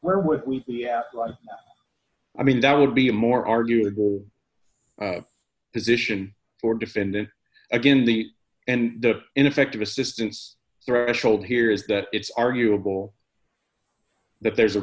where would we be outlawed i mean that would be a more arguable is ition or defend against the and the ineffective assistance threshold here is that it's arguable that there's a